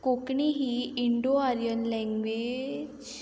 कोंकणी ही Indo Aryan language